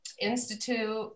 Institute